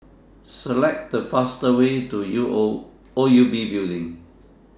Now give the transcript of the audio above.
Select The fastest Way to O U B Building